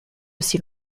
aussi